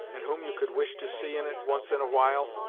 and whom you could wish to see in it, once and awhile,